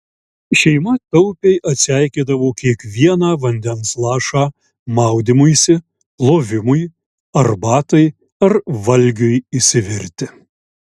šeima taupiai atseikėdavo kiekvieną vandens lašą maudymuisi plovimui arbatai ar valgiui išsivirti